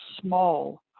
small